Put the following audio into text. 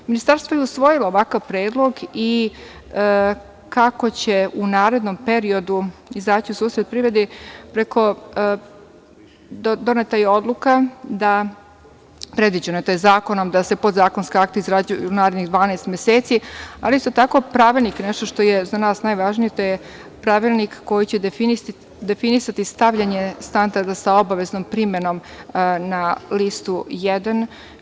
Ministarstvo je usvojilo ovakav predlog i kako će u narednom periodu izaći u susret privredi doneta je odluka da, predviđeno je zakonom da se podzakonska akta izrađuju u narednih 12 meseci, ali su tako pravilnik, nešto što je za nas najvažnije, to je pravilnik koji će definisati stavljanje standarda sa obaveznom primenom na listu jedan.